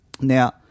Now